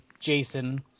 Jason